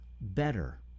better